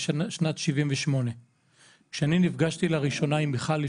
בשנת 1978. כשאני נפגשתי לראשונה עם מיכל,